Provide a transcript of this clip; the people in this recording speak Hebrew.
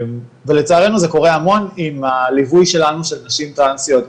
ולצערנו זה קורה המון עם הליווי שלנו של נשים טרנסיות,